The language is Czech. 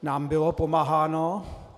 Nám bylo pomáháno.